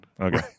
Okay